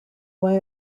why